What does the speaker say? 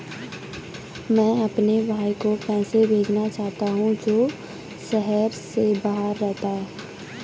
मैं अपने भाई को पैसे भेजना चाहता हूँ जो शहर से बाहर रहता है